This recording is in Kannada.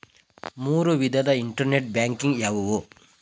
ಮೂರು ವಿಧದ ಇಂಟರ್ನೆಟ್ ಬ್ಯಾಂಕಿಂಗ್ ಯಾವುವು?